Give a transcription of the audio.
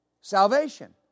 Salvation